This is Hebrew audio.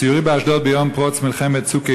בסיורי באשדוד, ביום פרוץ מלחמת "צוק איתן",